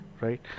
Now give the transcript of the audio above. right